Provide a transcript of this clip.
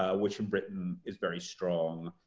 ah which in britain is very strong,